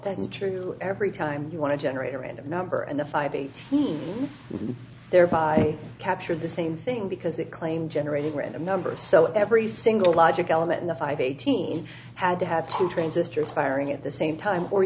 often true every time you want to generate a random number and the five days thereby capture the same thing because they claim generating random numbers so every single logic element in the five eighteen had to have two transistor firing at the same time or